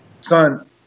son